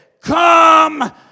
come